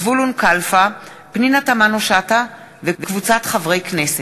זבולון כלפה ופנינה תמנו-שטה וקבוצת חברי הכנסת.